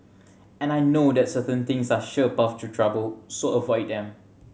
and I know that certain things are sure paths to trouble so avoid them